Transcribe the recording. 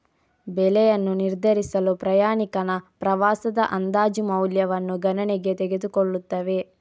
ಬೆಲೆಯನ್ನು ನಿರ್ಧರಿಸಲು ಪ್ರಯಾಣಿಕನ ಪ್ರವಾಸದ ಅಂದಾಜು ಮೌಲ್ಯವನ್ನು ಗಣನೆಗೆ ತೆಗೆದುಕೊಳ್ಳುತ್ತವೆ